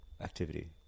Activity